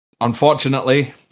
Unfortunately